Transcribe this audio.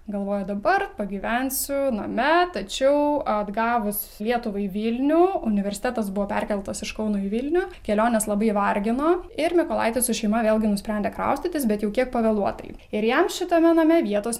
galvojo dabar pagyvensiu name tačiau atgavus lietuvai vilnių universitetas buvo perkeltas iš kauno į vilnių kelionės labai vargino ir mykolaitis su šeima vėlgi nusprendė kraustytis bet jau kiek pavėluotai ir jam šitame name vietos